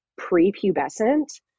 prepubescent